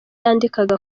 yandikaga